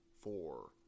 four